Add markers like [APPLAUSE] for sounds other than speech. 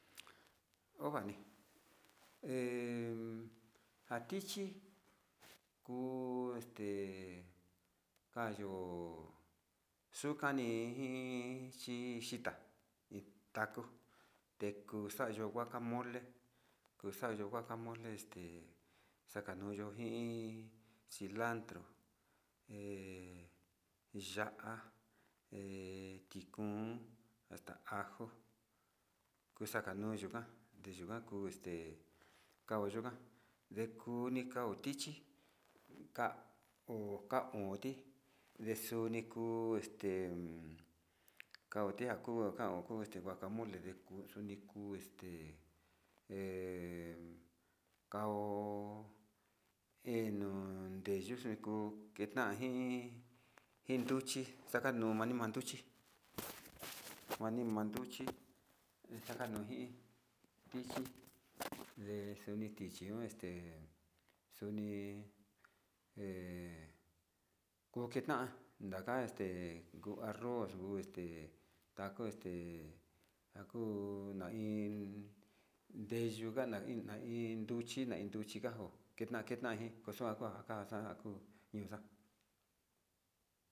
Ovani he njatichi kuuiin [UNINTELLIGIBLE] kayo xhukani xhita taco tekuxayo guacamole, kuu xayo guacamole este ndakanuyu iin cilandro, he ya'á he kikun esta ajo kuxaka nuyu njan ndeyukan kuu este kanyukuan, ekuni kao tichi ka'a ho ka'a onti ndexuni kuu este kauti ha kao okuu este guacamole nde kuu xuni kuu este he kao he nuu ndeyuxhi ko'o exa'a iin, iin duchi xakanima nii nduchi [NOISE] kuani man nduchi ejeni hi ndichi he xuini tichi este kuni he koketan ndakan este nguu arroz kuu este njaku este nde njuakuu na iin ndeyuu njana iin yuu nduchi nduchi kanjo kena'a kena'a iin koxuaka kaxaku ñoxa'a.